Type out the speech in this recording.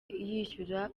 yishyura